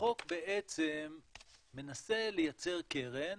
החוק בעצם מנסה לייצר קרן,